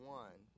one